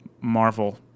Marvel